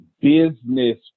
business